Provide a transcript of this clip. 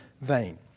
vain